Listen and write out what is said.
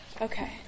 Okay